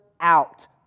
out